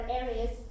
areas